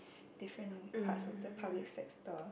different parts of the public sector